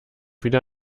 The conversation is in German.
wieder